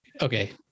Okay